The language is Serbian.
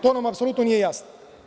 To nam apsolutno nije jasno.